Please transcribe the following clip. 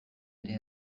ere